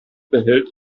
behält